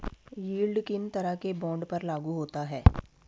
Yield किन तरह के बॉन्ड पर लागू होता है?